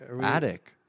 attic